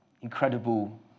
incredible